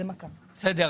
מיכל,